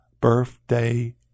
birthday